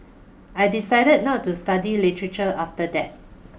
I decided not to study literature after that